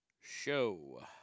show